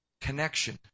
connection